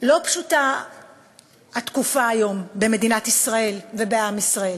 לא פשוטה התקופה היום במדינת ישראל ובעם ישראל.